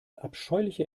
abscheuliche